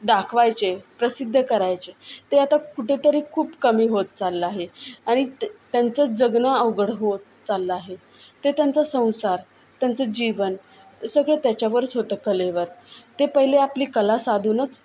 दाखवायचे प्रसिद्ध करायचे ते आता कुठंतरी खूप कमी होत चाललं आहे आणि त त्यांचं जगणं अवघड होत चाललं आहे ते त्यांचा संसार त्यांचं जीवन सगळं त्याच्यावरच होतं कलेवर ते पहिले आपली कला साधूनच